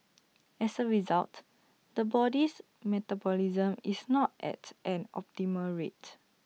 as A result the body's metabolism is not at an optimal rate